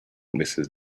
mrs